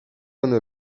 one